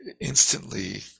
Instantly